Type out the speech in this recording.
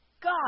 God